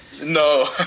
No